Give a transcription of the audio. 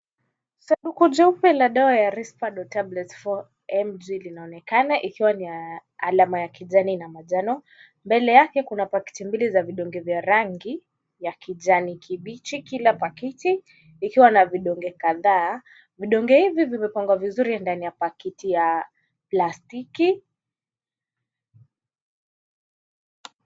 Saduku jeupe la dawa ya Risperdal Tablets four MG . Alama ya kijani na majano. Mbele yake kuna pakiti mbili za vidonge vya rangi, ya kijani kibichi kila pakiti. Ikiwa na vidonge kadhaa,. Vidonge hivyo vimepangwa vizuri ndani ya pakiti ya plastiki.